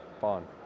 fun